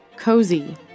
Cozy